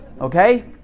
Okay